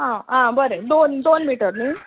आं आं बरें दोन मिटर नी